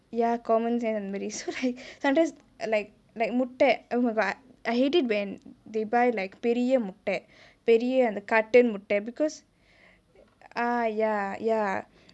ya common sense அந்த மாரி:antha maari so right sometimes like like முட்டே:muttae oh my god I hate it when they buy like பெரிய முட்டே பெரிய அந்த:periya muttae periya antha carton முட்டே:muttae because ah ya ya